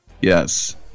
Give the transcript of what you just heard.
yes